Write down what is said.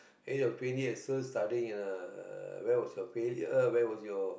and you're twenty and still studying uh where was your failure where was your